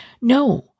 No